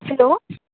hello